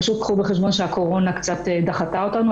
פשוט, קחו בחשבון שהקורונה קצת דחקה אותנו.